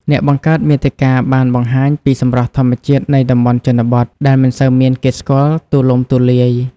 អ្នកបង្កើតមាតិកាបានបង្ហាញពី សម្រស់ធម្មជាតិនៃតំបន់ជនបទ ដែលមិនសូវមានគេស្គាល់ទូលំទូលាយ។